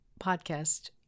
podcast